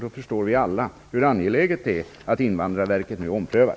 Då förstår vi alla hur angeläget det är att Invandrarverket omprövar.